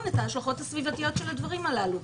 את ההשלכות הסביבתיות של הדברים הללו.